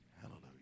Hallelujah